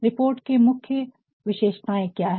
report के मुख्य विशेषताएं क्या है